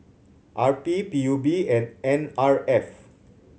R P P U B and N R F